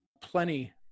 plenty